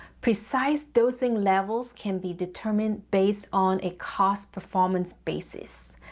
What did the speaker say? precise dosing levels can be determined based on a cost performance basis.